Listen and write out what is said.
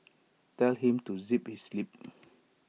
tell him to zip his lip